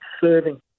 serving